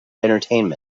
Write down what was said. entertainment